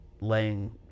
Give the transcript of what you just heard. laying